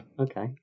Okay